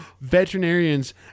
veterinarians